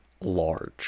Large